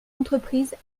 entreprises